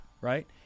Right